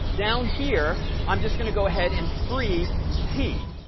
down here, i'm just going to go ahead and free t,